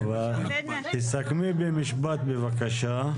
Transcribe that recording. טוב, תסכמי במשפט בבקשה.